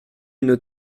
une